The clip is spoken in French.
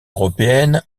européennes